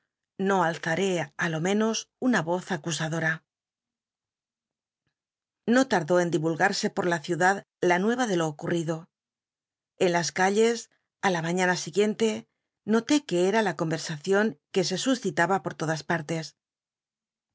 no alzaré á lo menos una voz acusadora no tardó en divulgarse por la ciudad la nueya de lo ocurrido en las calles á la mañana siguiente noté que era la conversacion que se suscitaba por todas nirtcs